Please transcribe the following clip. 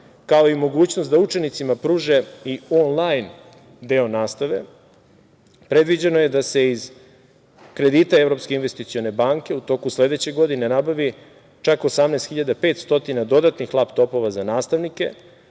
kao i mogućnost da učenicima pruže i on-lajn deo nastave, predviđeno je da se iz kredita Evropske investicione banke u toku sledeće godine nabavi čak 18.500 dodatnih laptopova za nastavnike,